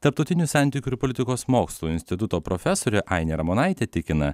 tarptautinių santykių ir politikos mokslų instituto profesorė ainė ramonaitė tikina